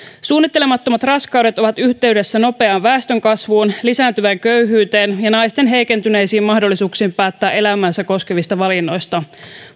suunnittelemattomat raskaudet ovat yhteydessä nopeaan väestönkasvuun lisääntyvään köyhyyteen ja naisten heikentyneisiin mahdollisuuksiin päättää elämäänsä koskevista valinnoista